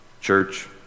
Church